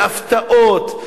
בהפתעות,